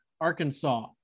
Arkansas